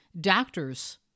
doctors